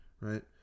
Right